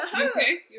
okay